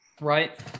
right